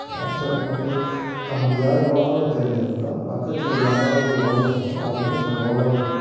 நாம் சில பங்கு நமக்கு ஏன் யோகாவைத் தெரிந்திருந்தால் பக்கத்தில் யாராவது யோகா தெரிந்தால் அவர்களிடம் சில யோகா